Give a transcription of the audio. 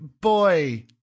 boy